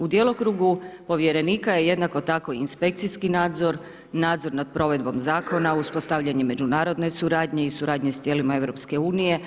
U djelokrugu povjerenika je jednako tako i inspekcijski nadzor, nadzor nad provedbom Zakona, uspostavljanje međunarodne suradnje i suradnje s tijelima EU.